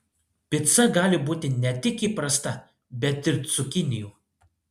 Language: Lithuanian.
pica gali būti ne tik įprasta bet ir cukinijų